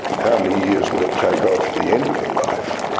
how many years will it take off the end of the life?